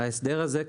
ההסדר הזה,